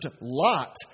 Lot